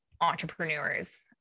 entrepreneurs